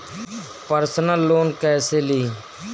Personal loan कैसे ली?